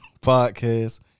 podcast